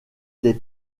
des